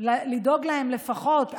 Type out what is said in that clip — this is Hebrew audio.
לדאוג להם לפחות,